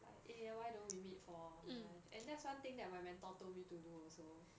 like eh why don't we meet for lunch and that's one thing that my mentor told me to do so